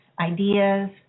ideas